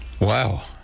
Wow